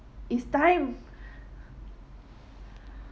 is time